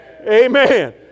Amen